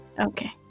Okay